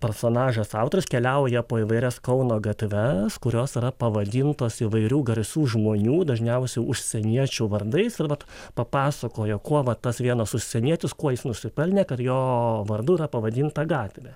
personažas autorius keliauja po įvairias kauno gatves kurios yra pavadintos įvairių garsių žmonių dažniausia užsieniečių vardais ir vat papasakojo kuo va tas vienas užsienietis kuo jis nusipelnė kad jo vardu pavadinta gatvė